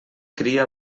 cria